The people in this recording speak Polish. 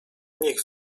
nich